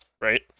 right